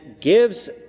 gives